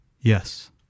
Yes